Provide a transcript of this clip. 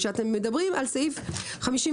כשאתם מדברים על סעיף 57,